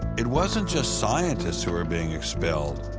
it wasn't just scientists who were being expelled.